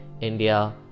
India